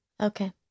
okay